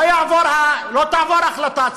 לא תעבור החלטה.